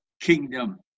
kingdom